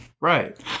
right